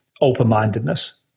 open-mindedness